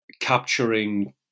capturing